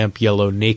DAMP-YELLOW-NAKED